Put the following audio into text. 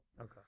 Okay